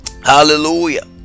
Hallelujah